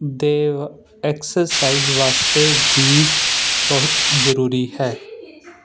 ਦੇ ਐਕਸਰਸਾਈਜ਼ ਵਾਸਤੇ ਵੀ ਬਹੁਤ ਜ਼ਰੂਰੀ ਹੈ